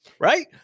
Right